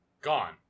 Gone